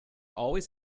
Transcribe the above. always